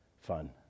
fun